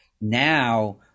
now